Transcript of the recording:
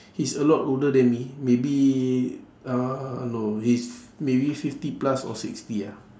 he's a lot older than me maybe uh no he's maybe fifty plus or sixty ah